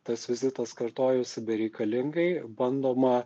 tas vizitas kartojausi bereikalingai bandoma